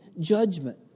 judgment